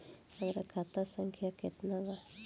हमार खाता संख्या केतना बा?